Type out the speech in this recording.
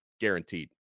guaranteed